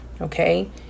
okay